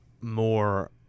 more